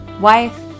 wife